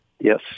Yes